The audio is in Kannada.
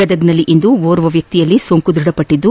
ಗದಗದಲ್ಲಿ ಇಂದು ಓರ್ವ ವ್ಯಕ್ತಿಯಲ್ಲಿ ಸೋಂಕು ದೃಢಪಟ್ಟದ್ದು